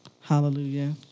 hallelujah